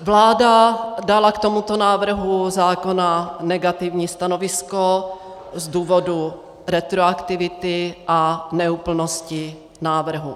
Vláda dala k tomuto návrhu zákona negativní stanovisko z důvodu retroaktivity a neúplnosti návrhu.